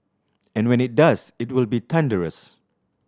and when it does it will be thunderous